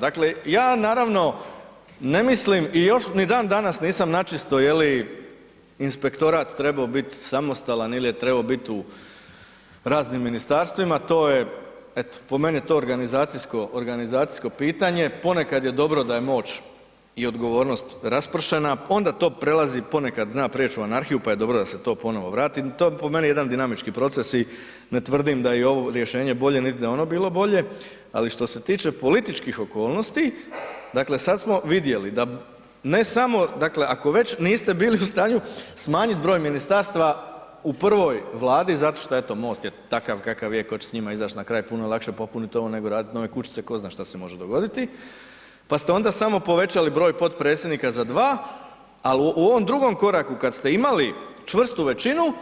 Dakle, ja naravno ne mislim i još ni dandanas nisam načisto je li inspektorat trebao biti samostalan ili je trebao biti u raznim ministarstvima, to je eto, po meni je to organizacijsko pitanje, ponekad je dobro da je moć i odgovornost raspršena, onda to prelazi, ponekad zna prijeći u anarhiju pa je dobro da se to ponovno vrati, to je po meni jedan dinamički proces i ne tvrdim da je i ovo rješenje bolje niti da je oni bilo bolje ali što se tiče političkih okolnosti, dakle sad smo vidjeli da ne samo dakle ako već niste bili u stanju smanjiti broj ministarstava u prvoj Vladi zato što eto MOST takav kakav je, tko će s njima izać na kraj, puno je lakše popuniti novo ovo nego raditi nove kućice, tko zna šta se može dogoditi pa ste onda samo povećali broj potpredsjednika za dva ali u ovom drugom koraku kad ste imali čvrstu većinu,